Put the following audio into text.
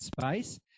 Space